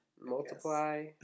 multiply